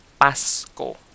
Pasco